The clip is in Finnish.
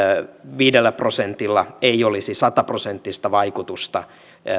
viidellä prosentilla ei olisi sata prosenttista vaikutusta